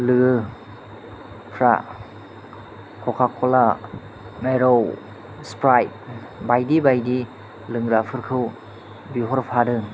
लोगोफ्रा कखा कला नेर' चिफ्राइद बाइदि बाइदि लोंग्राफोरखौ बिहरफादों